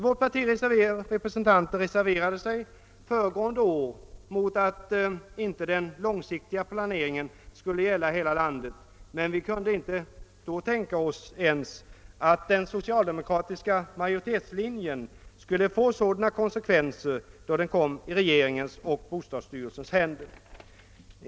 Vårt partis representanter reserverade sig föregående år mot att den långsiktiga planeringen inte skulle gälla hela landet, men vi kunde inte ens då tänka oss att den socialdemokratiska majoritetslinjen skulle få sådana konsekvenser då saken kom i regeringens och bostadsstyrelsens händer.